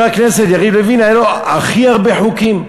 הכנסת יריב לוין היו הכי הרבה חוקים.